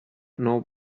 know